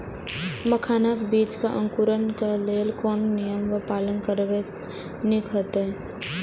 मखानक बीज़ क अंकुरन क लेल कोन नियम क पालन करब निक होयत अछि?